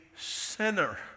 sinner